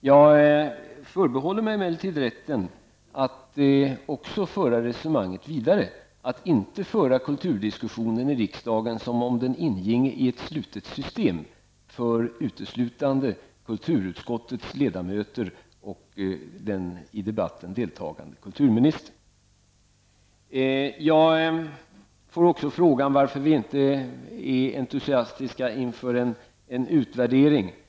Jag förbehåller mig emellertid rätten att också föra resonemanget vidare och inte föra kulturdiskussionen i riksdagen som om den ingick i ett slutet system för uteslutande kulturutskottets ledamöter och den i debatten deltagande kulturministern. Jag fick också frågan varför regeringen inte är entusiastisk inför en utvärdering.